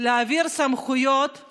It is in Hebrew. להעביר סמכויות ולסמוך,